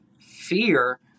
fear